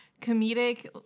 comedic